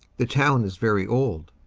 the town is very old.